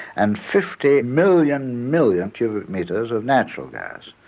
and fifty million million cubic metres of natural gas.